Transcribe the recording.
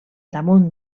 damunt